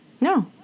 no